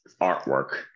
artwork